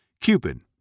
Cupid